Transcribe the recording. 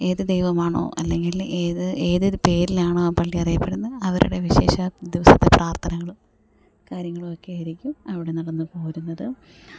ഏത് ദൈവമാണോ അല്ലെങ്കിൽ ഏത് ഏതൊരു പേരിലാണോ ആ പള്ളിയറിയപ്പെടുന്നത് അവരുടെ വിശേഷ ദിവസത്തെ പ്രാർത്ഥനകളും കാര്യങ്ങളുമൊക്കെയായിരിക്കും അവിടെ നടന്നു പോരുന്നത്